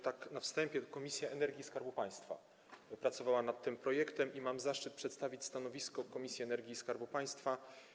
Tak na wstępie powiem, że Komisja Energii i Skarbu Państwa pracowała nad tym projektem i że mam zaszczyt przedstawić stanowisko Komisji Energii i Skarbu Państwa.